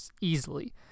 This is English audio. easily